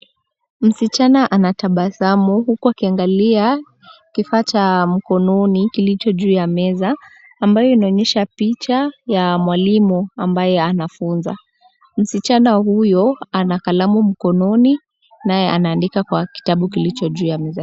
Msichana anatabasamu huku akiendelea kifaa cha mkononi kilicho juu ya meza ambayo inaonyesha picha ya mwalimu ambaye anafunza. Msichana huyo ana kalamu mkononi naye anaandika kitabu kilicho ya meza.